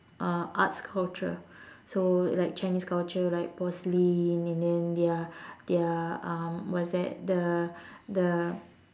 uh arts culture so like chinese culture like porcelain and then their their um what's that the the